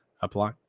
apply